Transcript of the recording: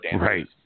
Right